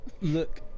Look